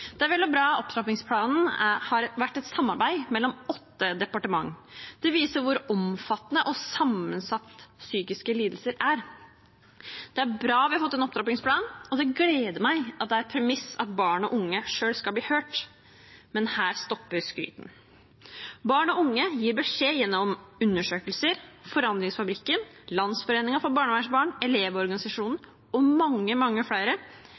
Det er vel og bra at opptrappingsplanen har vært et samarbeid mellom åtte departement. Det viser hvor omfattende og sammensatt psykiske lidelser er. Det er bra at vi har fått en opptrappingsplan, og det gleder meg at det er et premiss at barn og unge selv skal bli hørt. Men her stopper skrytet. Barn og unge gir beskjed gjennom undersøkelser, Forandringsfabrikken, Landsforeningen for barnevernsbarn, Elevorganisasjonen og mange, mange flere: